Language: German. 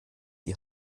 die